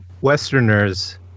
Westerners